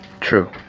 true